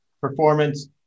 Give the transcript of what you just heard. performance